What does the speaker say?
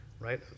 right